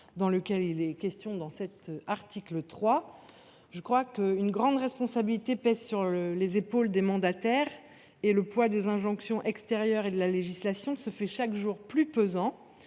dont il est question dans cet article 3. Une grande responsabilité pèse sur les épaules des mandataires, alors que les injonctions extérieures et la législation se font chaque jour plus pesantes.